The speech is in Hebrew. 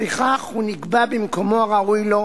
לפיכך הוא נקבע במקומו הראוי לו,